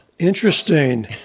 Interesting